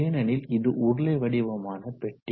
ஏனெனில் இது உருளை வடிவமான பெட்டி